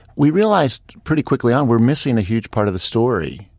we realized pretty quickly on, we're missing a huge part of the story.